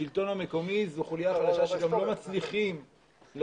השלטון המקומי זו החוליה החלשה שגם לא מצליחים לבצע